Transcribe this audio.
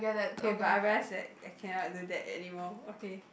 okay but I rest that I cannot do that anymore okay